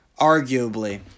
arguably